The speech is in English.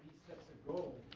sets a goal,